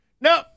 no